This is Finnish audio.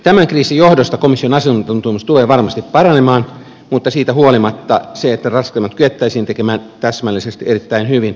tämän kriisin johdosta komission asiantuntemus tulee varmasti paranemaan mutta siitä huolimatta emme ole täysin vakuuttuneita siitä että laskelmat kyettäisiin tekemään täsmällisesti ja erittäin hyvin